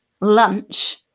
lunch